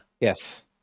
Yes